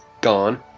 gone